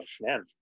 man